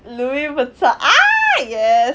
louis vuitto~ ah yes